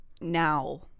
now